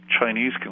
Chinese